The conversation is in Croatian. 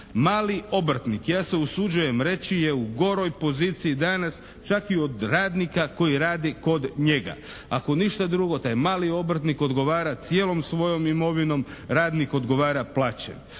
Mali obrtnik, ja se usuđujem reći je u goroj poziciji danas čak i od radnika koji radi kod njega. Ako ništa drugo taj mali obrtnik odgovara cijelom svojom imovinom, radnik odgovara plaćom.